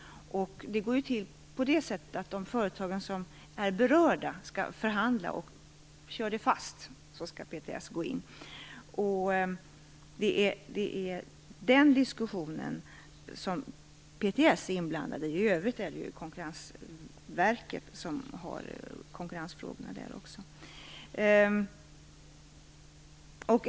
Det går till på så sätt att om de företag som är berörda skall förhandla kör fast skall PTS gå in. Det är den diskussionen som PTS är inblandad i. I övrigt är det Konkurrensverket som också där ansvarar för konkurrensfrågorna.